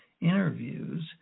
interviews